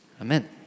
Amen